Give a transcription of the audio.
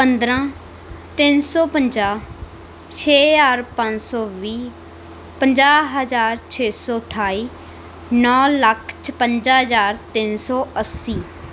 ਪੰਦਰਾਂ ਤਿੰਨ ਸੌ ਪੰਜਾਹ ਛੇ ਹਜ਼ਾਰ ਪੰਜ ਸੌ ਵੀਹ ਪੰਜਾਹ ਹਜ਼ਾਰ ਛੇ ਸੌ ਅਠਾਈ ਨੌਂ ਲੱਖ ਛਪੰਜਾ ਹਜ਼ਾਰ ਤਿੰਨ ਸੌ ਅੱਸੀ